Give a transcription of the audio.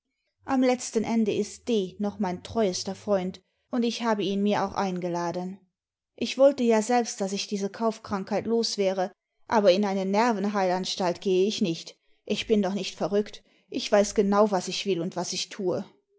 am letzten ende ist d noch mein treuester freund und ich habe ihn mir auch eingeladen ich wollte ja selbst daß ich diese kaufkraiücheit los wäre aber in eine nervenheilanstalt gehe ich nicht ich bin doch nicht verrückt ich weiß genau was ich will und was ich tue